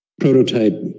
prototype